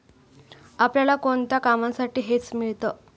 आपल्याला कोणत्या कामांसाठी हेज मिळतं?